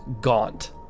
gaunt